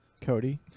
Cody